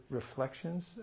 reflections